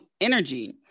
energy